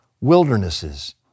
wildernesses